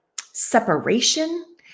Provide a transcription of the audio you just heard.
separation